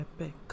Epic